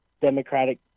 democratic